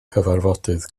cyfarfodydd